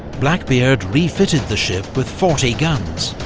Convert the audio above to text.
blackbeard refitted the ship with forty guns,